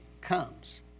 comes